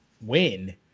win